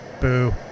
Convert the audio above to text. Boo